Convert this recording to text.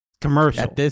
commercial